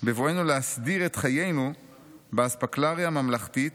בבואנו להסדיר את חיינו באספקלריה ממלכתית